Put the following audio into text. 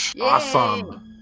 Awesome